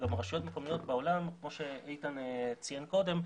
גם רשויות מקומיות בעולם כמו שאיתן ציין קודם,